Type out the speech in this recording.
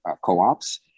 co-ops